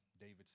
David